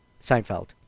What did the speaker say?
Seinfeld